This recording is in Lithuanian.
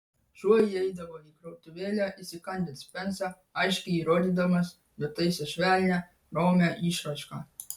šuo įeidavo į krautuvėlę įsikandęs pensą aiškiai jį rodydamas nutaisęs švelnią romią išraišką